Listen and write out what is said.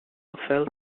felt